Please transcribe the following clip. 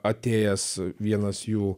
atėjęs vienas jų